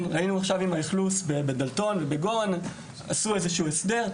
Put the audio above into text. ראינו עם האכלוס בדלתון ובגורן שעשו איזשהו הסדר,